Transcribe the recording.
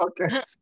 Okay